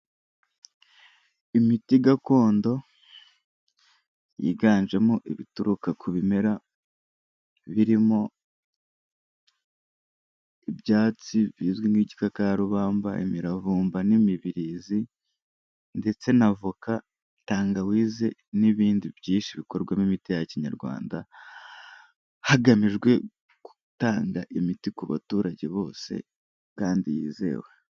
Imiti gakondo yiganjemo ibituruka ku bimera birimo ibyatsi bizwi nk'igikakarubamba, imiravumba n'imibirizi ndetse na voka, tangawizi n'ibindi byinshi bikorwamo imiti ya kinyarwanda, hagamijwe gutanga imiti ku baturage bose kandi yizewe.